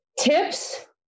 Tips